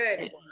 Good